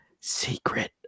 secret